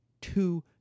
two